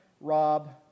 rob